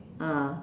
ah